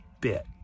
bit